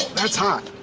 that's hot!